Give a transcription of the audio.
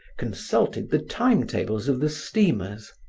consulted the timetables of the steamers,